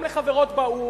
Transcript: גם לחברות באו"ם,